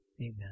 Amen